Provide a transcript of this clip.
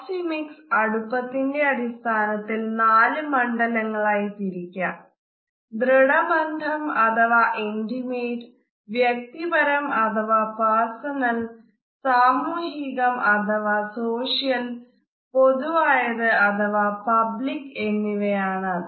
proxemics അടുപ്പത്തിന്റെ അടിസ്ഥാനത്തിൽ നാല് മണ്ഡലങ്ങളായി തിരിക്കാം ദൃഢബന്ധം അഥവാ ഇന്റിമേറ്റ് വ്യക്തിപരം അഥവാ പേർസണൽ സാമൂഹികം അഥവാ സോഷ്യൽ പൊതുവായത് അഥവാ പബ്ലിക് എന്നിവയാണ് അത്